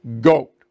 GOAT